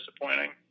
disappointing